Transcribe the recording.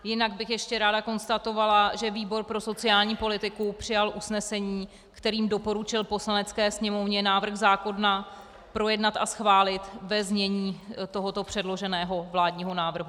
Jinak bych ještě ráda konstatovala, že výbor pro sociální politiku přijal usnesení, kterým doporučil Poslanecké sněmovně návrh zákona projednat a schválit ve znění tohoto předloženého vládního návrhu.